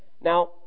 Now